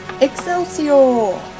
Excelsior